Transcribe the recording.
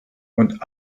und